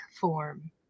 form